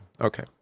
Okay